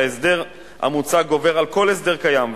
שההסדר המוצע גובר על כל הסדר קיים,